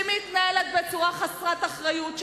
שהיא מתנהלת בצורת חסרת אחריות,